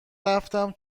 رفتم